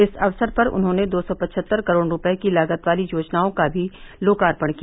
इस अवसर पर उन्होंने दो सौ पचहत्तर करोड़ रूपये की लागत वाली योजनाओं का भी लोकार्पण किया